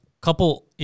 couple